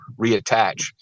reattach